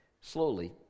slowly